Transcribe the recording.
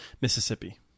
Mississippi